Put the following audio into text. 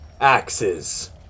axes